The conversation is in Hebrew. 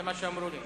זה מה שאמרו לי.